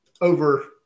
over